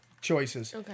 choices